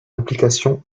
application